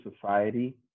society